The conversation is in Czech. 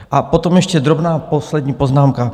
A potom ještě drobná poslední poznámka.